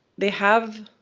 they have,